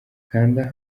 kanda